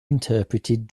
interpreted